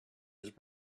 his